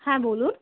হ্যাঁ বলুন